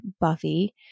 Buffy